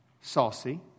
saucy